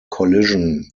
collision